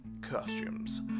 costumes